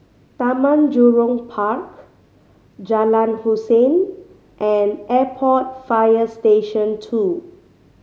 Taman Jurong Park Jalan Hussein and Airport Fire Station Two